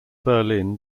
berlin